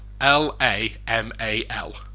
L-A-M-A-L